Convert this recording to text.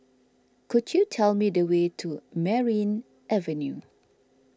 could you tell me the way to Merryn Avenue